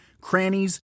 crannies